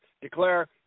declare